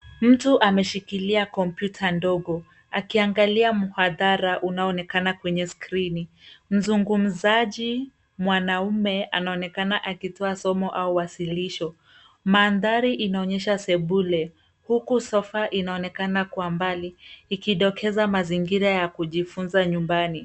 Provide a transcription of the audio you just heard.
Mtu ameshikilia kompyuta ndogo, akiangalia mhadhara unaonekana kwenye skrini. Mzungumzaji mwanaume anaonekana akitoa somo au wasilisho. Mandhari inaonyesha sebule, huku sofa inaonekana kwa mbali ikidokeza mazingira ya kujifunza nyumbani.